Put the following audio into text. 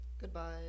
Goodbye